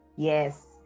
yes